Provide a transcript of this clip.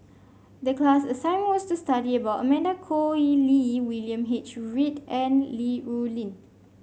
the class assignment was to study about Amanda Koe Lee William H Read and Li Rulin